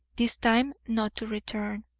this time not to return.